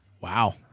Wow